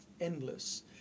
endless